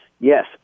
Yes